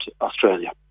Australia